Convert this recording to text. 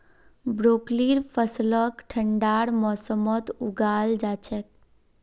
ब्रोकलीर फसलक ठंडार मौसमत उगाल जा छेक